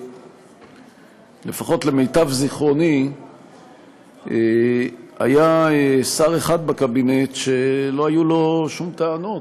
שלפחות למיטב זיכרוני היה שר אחד בקבינט שלא היו לו שום טענות,